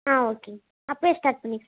ஆ ஓகேங்க அப்போவே ஸ்டார்ட் பண்ணிடுங்க